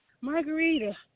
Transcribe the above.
Margarita